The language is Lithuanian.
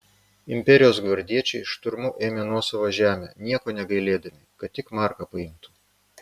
imperijos gvardiečiai šturmu ėmė nuosavą žemę nieko negailėdami kad tik marką paimtų